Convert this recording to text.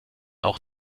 auch